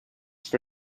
for